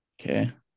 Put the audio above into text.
okay